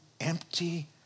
empty